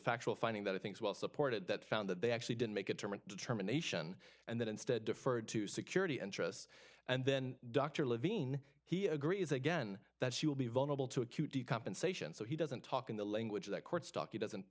factual finding that of things well supported that found that they actually did make a term determination and that instead deferred to security interests and then dr levine he agrees again that she will be vulnerable to a cutie compensation so he doesn't talk in the language that court's docket doesn't